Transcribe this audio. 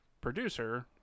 producer